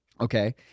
Okay